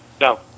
no